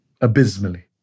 Abysmally